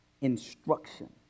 instruction